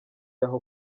yaho